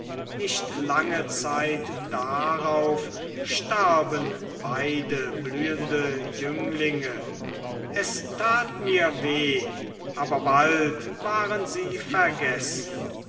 nicht lange zeit darauf starben beide blühende jünglinge es tat mir weh aber bald waren sie vergessen